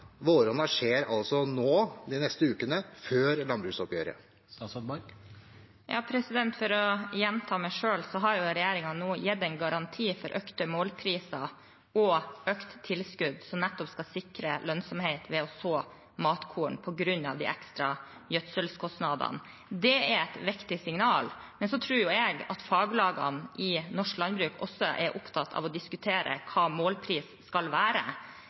skjer altså nå, de neste ukene – før landbruksoppgjøret. For å gjenta meg selv har regjeringen nå gitt en garanti for økte målpriser og økt tilskudd, som nettopp skal sikre lønnsomhet ved å så matkorn, på grunn av de ekstra gjødselkostnadene. Det er et viktig signal. Men så tror jeg at faglagene i norsk landbruk også er opptatt av å diskutere hva målprisen skal være. Vi har nå gitt en garanti for at det skal være